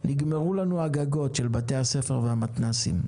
נגמרו לנו הגגות של בתי הספר והמתנ"סים.